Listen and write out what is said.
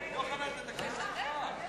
עשיתי הנחה גדולה בעניין ההצבעות השמיות.